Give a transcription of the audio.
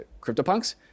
CryptoPunks